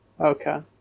Okay